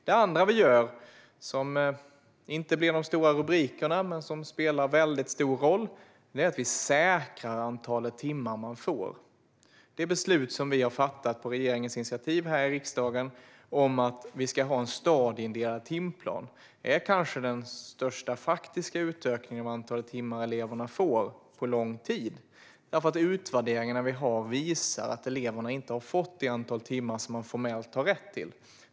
Det andra vi gör, som inte ger stora rubriker men som spelar väldigt stor roll, är att vi säkrar antalet timmar man får. Det beslut som riksdagen har fattat, på regeringens initiativ, om att vi ska ha en stadieindelad timplan är kanske den största faktiska utökningen av antalet timmar som eleverna får på lång tid, därför att våra utvärderingar visar att eleverna inte har fått det antal timmar som de formellt har rätt till.